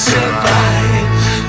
Survive